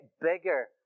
bigger